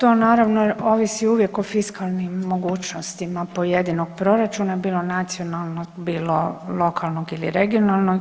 To naravno ovisi uvijek o fiskalnim mogućnostima pojedinog proračuna bilo nacionalnog, bilo lokalnog ili regionalnog.